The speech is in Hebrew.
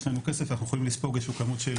יש לנו כסף, אנחנו יכולים לספוג איזו שהיא